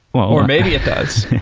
or maybe it does.